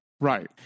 Right